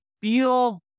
feel